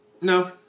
No